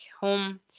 home